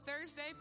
Thursday